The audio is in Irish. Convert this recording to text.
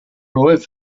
romhaibh